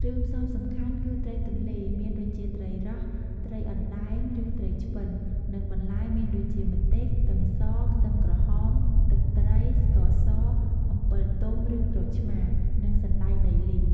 ទឹកគ្រឿង គឺជាមុខម្ហូបដ៏ពេញនិយមមួយប្រភេទមានលក្ខណៈដូចជាទឹកជ្រលក់ ឬអន្លក់ ដែលគេអាចយកទៅបរិភោគជាមួយបន្លែស្រស់ៗ និងមានរសជាតិឆ្ងាញ់។